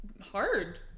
hard